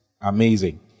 Amazing